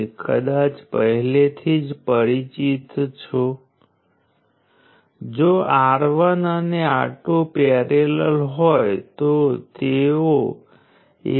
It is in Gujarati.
તેથી અહીં મારે ઉલ્લેખ કરવો છે કે આપણે તે 0 કરતાં વધુ ગણીએ છીએ તેથી આવા એલિમેન્ટને પેસિવ એલિમેન્ટ તરીકે ઓળખવામાં આવે છે